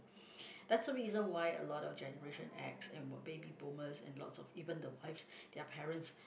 that's the reason why a lot of generation X and what baby boomers and lots of even the Y's their parents